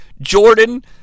jordan